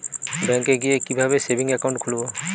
ব্যাঙ্কে গিয়ে কিভাবে সেভিংস একাউন্ট খুলব?